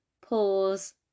pause